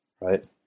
Right